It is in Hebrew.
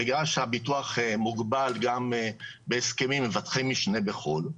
בגלל שהביטוח מוגבל גם בהסכמים ומבטחי משנה בחו"ל,